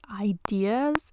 ideas